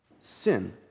sin